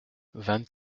vingt